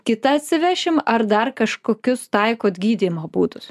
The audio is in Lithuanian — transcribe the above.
kitą atsivešim ar dar kažkokius taikot gydymo būdus